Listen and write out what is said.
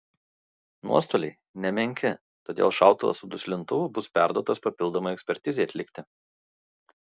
nuostoliai nemenki todėl šautuvas su duslintuvu bus perduotas papildomai ekspertizei atlikti